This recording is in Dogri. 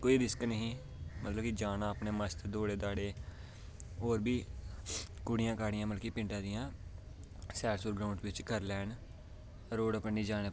मतलब कि अगर ग्राऊंड होंदा ते कोई रिस्क निं ही मतलब अपने जाना ते दौड़े ते होर बी कुड़ियां मतलब की पिंडै दियां सैर ग्राऊंड बिच करी लैन रोड़ पिंड च जाना पवै की के रोड़ बिच बड़ा रिस्क होंदा ऐ